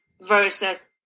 versus